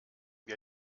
wir